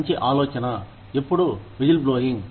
మంచి ఆలోచన ఎప్పుడూ విజిల్బ్లోయింగ్